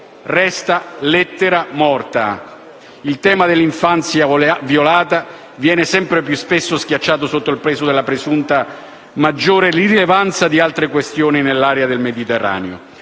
resta lettera morta. Il tema dell'infanzia violata viene sempre più spesso schiacciato sotto il peso della presunta maggiore rilevanza di altre questioni nell'area del mediterraneo.